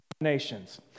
nations